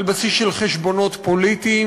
על בסיס של חשבונות פוליטיים.